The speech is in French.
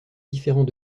différents